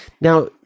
Now